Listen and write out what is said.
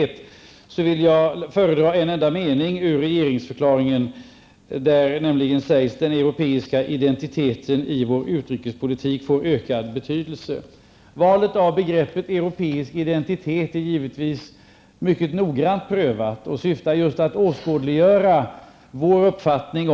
Mot den bakgrunde skall jag här föredraga en mening i regeringsförklaringen: ''Den europeiska identiteten i vår utrikespolitik får ökad betydelse.'' Valet av begreppet europeisk identitet grundas givetvis på en mycket noggrann prövning. Syftet är just att åskådliggöra vår uppfattning.